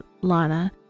Lana